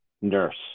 nurse